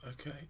Okay